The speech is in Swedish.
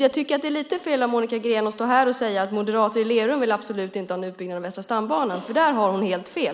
Jag tycker att det är fel av Monica Green att stå här och säga att moderaterna i Lerum absolut inte vill ha någon utbyggnad av Västra stambanan. Där har hon helt fel.